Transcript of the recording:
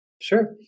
Sure